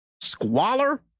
Squalor